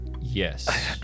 Yes